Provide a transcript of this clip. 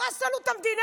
הרס לנו את המדינה.